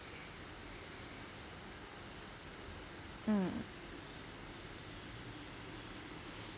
mm